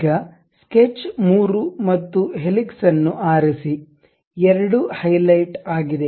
ಈಗ ಸ್ಕೆಚ್ 3 ಮತ್ತು ಹೆಲಿಕ್ಸ್ ಅನ್ನು ಆರಿಸಿ ಎರಡೂ ಹೈಲೈಟ್ ಆಗಿದೆ